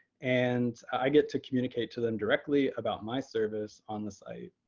and i get to communicate to them directly about my service on the site.